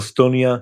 אסטוניה,